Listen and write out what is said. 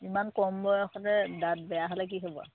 ইমান কম বয়সতে দাঁত বেয়া হ'লে কি হ'ব আৰু